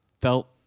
felt